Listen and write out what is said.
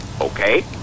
Okay